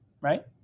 right